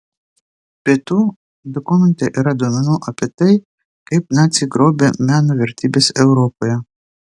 be to dokumente yra duomenų apie tai kaip naciai grobė meno vertybes europoje